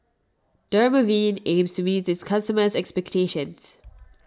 Dermaveen aims to meet its customers' expectations